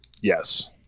Yes